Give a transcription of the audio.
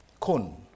kun